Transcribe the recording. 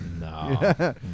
No